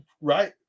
right